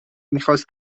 میخواست